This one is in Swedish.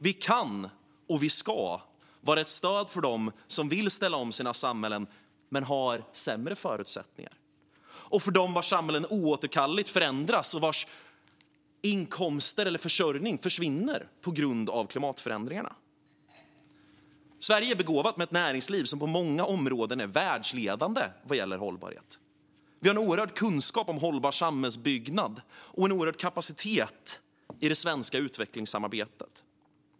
Vi kan och ska vara ett stöd för dem som vill ställa om sina samhällen men har sämre förutsättningar och för dem vars samhällen oåterkalleligt förändras och vars inkomster eller försörjning försvinner på grund av klimatförändringarna. Sverige är begåvat med ett näringsliv som på många områden är världsledande vad gäller hållbarhet. Vi har en stor kunskap om hållbar samhällsbyggnad och en oerhörd kapacitet i det svenska utvecklingssamarbetet.